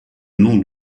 nom